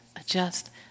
adjust